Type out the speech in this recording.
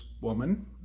woman